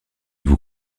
vous